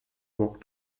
woke